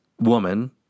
woman